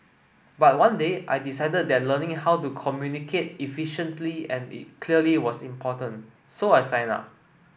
but one day I decided that learning how to communicate efficiently and clearly was important so I signed up